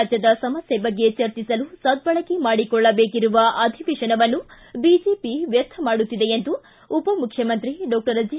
ರಾಜ್ಯದ ಸಮಸ್ಕೆ ಬಗ್ಗೆ ಚರ್ಚಿಸಲು ಸದ್ದಳಕೆ ಮಾಡಿಕೊಳ್ಳಬೇಕಿರುವ ಅಧಿವೇಶನವನ್ನು ಬಿಜೆಪಿ ವ್ಯರ್ಥ ಮಾಡುತ್ತಿದೆ ಎಂದು ಉಪಮುಖ್ಯಮಂತ್ರಿ ಡಾಕ್ಷರ್ ಜಿ